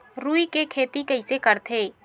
रुई के खेती कइसे करथे?